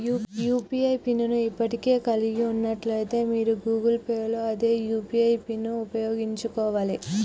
UPI pin ను ఇప్పటికే కలిగి ఉన్నట్లయితే మీరు గూగుల్ పే లో అదే యూ.పీ.ఐ పిన్ను ఉపయోగించుకోవాలే